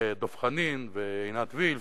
דב חנין, עינת וילף.